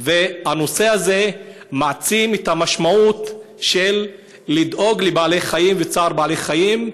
זה מעצים את המשמעות של לדאוג לבעלי-חיים ושל צער בעלי-חיים,